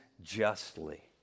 justly